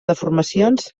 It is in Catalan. deformacions